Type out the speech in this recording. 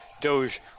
Doge